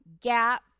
Gap